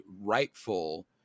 rightful